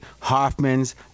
Hoffman's